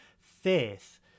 faith